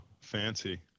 fancy